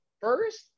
first